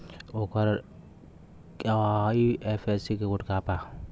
ओकर IFSC code का बा?